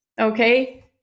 Okay